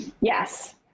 Yes